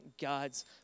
God's